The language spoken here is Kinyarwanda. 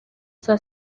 saa